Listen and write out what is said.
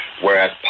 Whereas